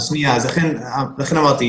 לכן אמרתי,